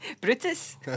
Brutus